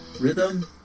rhythm